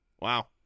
Wow